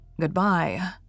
Goodbye